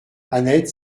annette